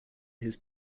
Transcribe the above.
his